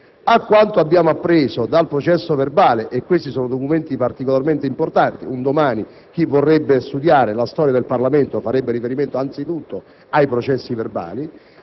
A quanto abbiamo appreso dal processo verbale (e questi sono documenti particolarmente importanti, un domani chi volesse studiare la storia del Parlamento farebbe riferimento anzitutto ai processi verbali)